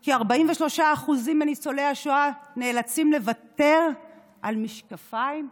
כי 43% מניצולי השואה נאלצים לוותר על משקפיים,